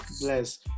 Bless